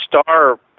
star